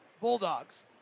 Bulldogs